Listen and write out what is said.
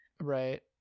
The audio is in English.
Right